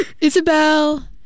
Isabel